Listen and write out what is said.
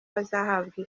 bazahabwa